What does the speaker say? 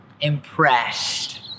impressed